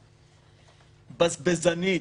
בזבזנית,